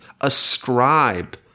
ascribe